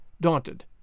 daunted